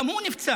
גם הוא נפצע.